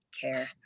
care